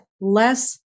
less